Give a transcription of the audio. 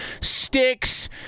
sticks